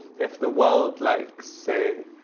if the world likes, say,